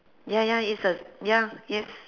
ya ya is the ya yes